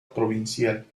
provincial